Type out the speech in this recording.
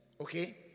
okay